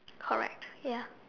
correct ya